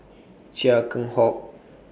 Chia Keng Hock